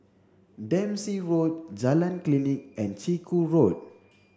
Dempsey Road Jalan Klinik and Chiku Road